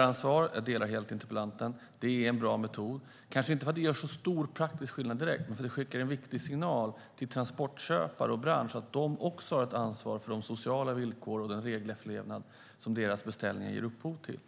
Här håller jag helt med interpellanten. Det är en bra metod, kanske inte för att det gör så stor praktisk skillnad direkt utan för att det skickar en viktig signal till transportköpare och bransch om att de också har ett ansvar för de sociala villkor och den regelefterlevnad som deras beställningar ger upphov till.